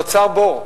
נוצר בור,